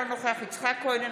אינו נוכח יצחק כהן,